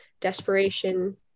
desperation